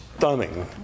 Stunning